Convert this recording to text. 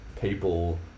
people